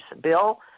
Bill